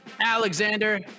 Alexander